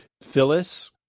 Phyllis